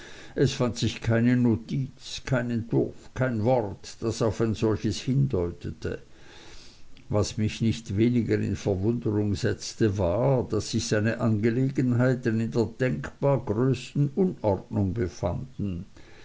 es fand sich keine notiz kein entwurf kein wort das auf ein solches hindeutete was mich nicht weniger in verwunderung setzte war daß sich seine angelegenheiten in der denkbar größten unordnung befanden